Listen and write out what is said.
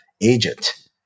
agent